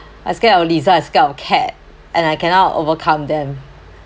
I scared of lizard I scared of cat and I cannot overcome them